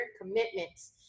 commitments